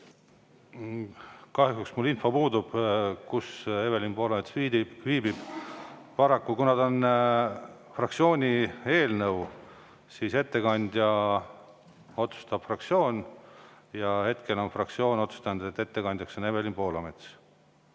Kahjuks mul puudub info, kus Evelin Poolamets viibib. Paraku, kuna see on fraktsiooni eelnõu, otsustab ettekandja fraktsioon, ja hetkel on fraktsioon otsustanud, et ettekandja on Evelin Poolamets.